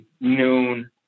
noon